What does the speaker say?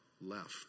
left